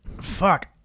Fuck